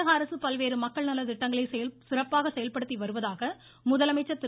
தமிழக அரசு பல்வேறு மக்கள் நலத்திட்டங்களை சிறப்பாக செயல்படுத்தி வருவதாக முதலசை்சா் திரு